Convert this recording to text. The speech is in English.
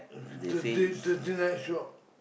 tonight tonight tonight shop